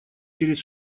через